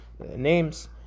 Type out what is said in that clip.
Names